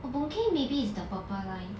oh boon keng maybe is the purple line